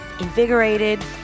invigorated